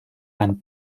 and